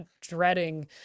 dreading